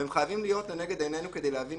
והם חייבים להיות נגד עינינו כדי להבין